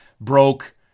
broke